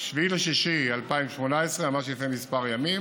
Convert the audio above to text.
7 ביוני 2018, ממש לפני כמה ימים.